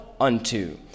unto